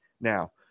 Now